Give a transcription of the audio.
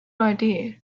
idea